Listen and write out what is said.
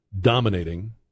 dominating